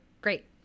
Great